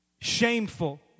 Shameful